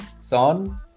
Son